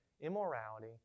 immorality